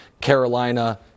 Carolina